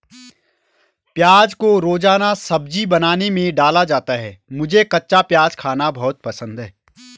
प्याज को रोजाना सब्जी बनाने में डाला जाता है मुझे कच्चा प्याज खाना बहुत पसंद है